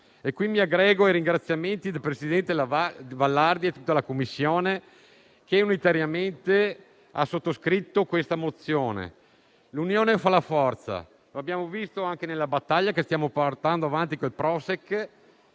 quindi ai ringraziamenti al presidente Vallardi e a tutta la Commissione, che unitariamente ha sottoscritto questa mozione. L'unione fa la forza, e lo abbiamo visto anche nella battaglia che stiamo portando avanti con il Prosek,